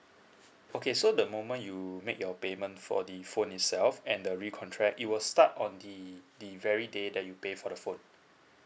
okay so the moment you make your payment for the phone itself and the recontract it will start on the the very day that you pay for the phone